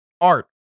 art